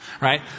right